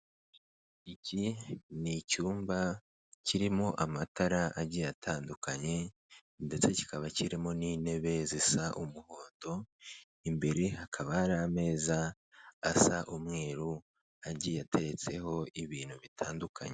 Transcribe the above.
Iki ni icyumba kirimo amatara agiye atandukanye ndetse kikaba kirimo n'intebe zisa umuhondo, imbere hakaba hari ameza asa umweru agiye ateretseho ibintu bitandukanye.